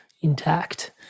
intact